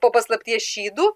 po paslapties šydu